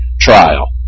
trial